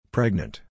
Pregnant